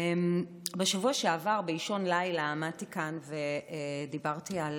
בשבוע שעבר באישון לילה עמדתי כאן ודיברתי על